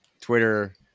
Twitter